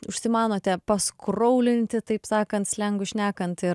užsimanote paskroulinti taip sakant slengu šnekant ir